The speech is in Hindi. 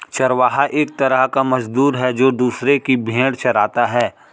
चरवाहा एक तरह का मजदूर है, जो दूसरो की भेंड़ चराता है